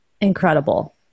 Incredible